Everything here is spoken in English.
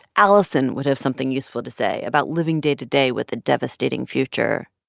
alison would have something useful to say about living day to day with a devastating future,